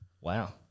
Wow